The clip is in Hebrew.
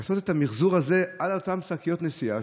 לעשות את המחזור הזה על אותן שקיות נשיאה,